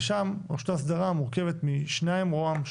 ושם רשות ההסדרה מורכבת משניים רוה"מ,